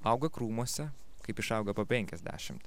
auga krūmuose kaip išauga po penkiasdešimt